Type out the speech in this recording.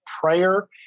prayer